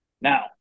now